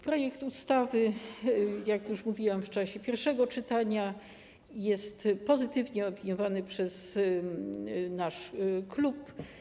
Projekt ustawy, jak już powiedziałam w czasie pierwszego czytania, został pozytywnie zaopiniowany przez nasz klub.